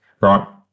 right